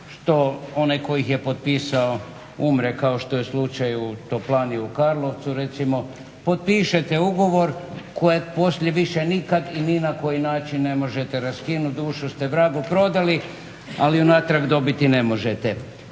što onaj tko ih je potpisao umre kao što je slučaj u Toplani u Karlovcu recimo potpišete ugovor koji poslije nikada i ni na koji način ne možete raskinuti, dušu ste vragu prodali ali ju natrag dobiti ne možete.